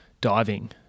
diving